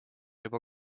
juba